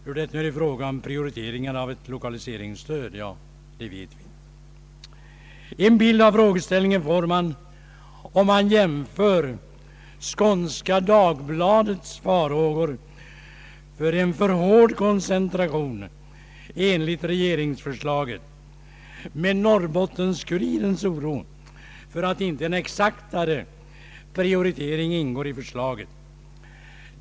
Hur är det nu i fråga om prioriteringar av ett lokaliseringsstöd? En bild av frågeställningen får man om man jämför Skånska Dagbladets farhågor för en för hård koncentration enligt regeringsförslaget med Norrbottens-Kurirens oro för att inte en exak tare prioritering ingår i förslaget.